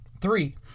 Three